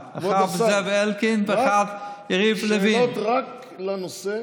רבותיי, שאלות, רק בנושא,